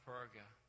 Perga